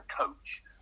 coach